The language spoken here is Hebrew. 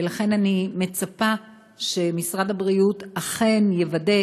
ולכן אני מצפה שמשרד הבריאות אכן יוודא